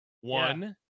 one